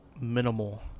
minimal